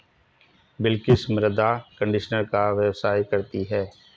बिलकिश मृदा कंडीशनर का व्यवसाय करती है